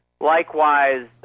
likewise